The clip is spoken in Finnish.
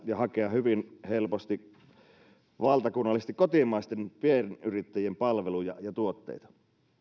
ja hakea hyvin helposti valtakunnallisesti kotimaisten pienyrittäjien palveluja ja tuotteita